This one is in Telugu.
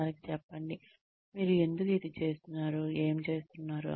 వారికి చెప్పండి మీరు ఎందుకు ఇది చేస్తున్నారు ఏమి చేస్తున్నారు